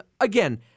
Again